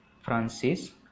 Francis